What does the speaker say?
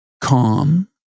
calm